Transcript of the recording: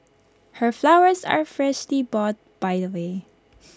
her flowers are freshly bought by the way